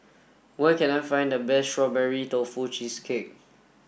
where can I find the best strawberry tofu cheesecake